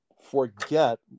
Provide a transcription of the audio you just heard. forget